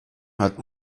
hat